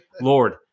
Lord